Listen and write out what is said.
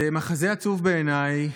זה מחזה עצוב בעיניי,